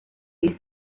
youth